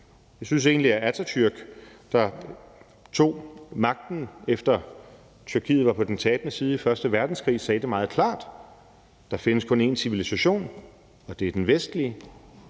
Jeg synes egentlig, at Atatürk, der tog magten, efter Tyrkiet var på den tabende side i første verdenskrig, sagde det meget klart: Der findes kun én civilisation, og det er den vestlige.